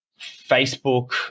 Facebook